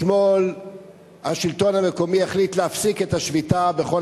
אתמול השלטון המקומי החליט להפסיק את השביתה בכל